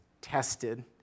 tested